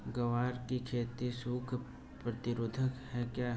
ग्वार की खेती सूखा प्रतीरोधक है क्या?